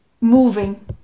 moving